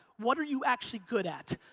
what are you actually good at?